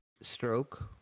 stroke